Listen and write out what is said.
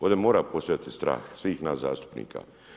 Ovdje mora postojati strah svih nas zastupnika.